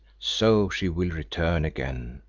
so she will return again,